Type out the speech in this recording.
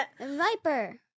Viper